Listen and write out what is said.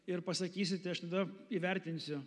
ir pasakysite aš tada įvertinsiu